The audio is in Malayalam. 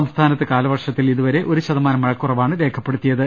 സംസ്ഥാനത്ത് കാലവർഷത്തിൽ ഇതുവരെ ഒരു ശതമാനം മഴക്കുറവാണ് രേഖപ്പെടുത്തിയത്